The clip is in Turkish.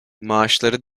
maaşları